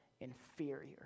inferior